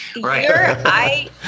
Right